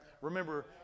remember